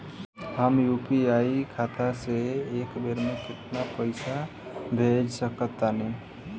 हम यू.पी.आई खाता से एक बेर म केतना पइसा भेज सकऽ तानि?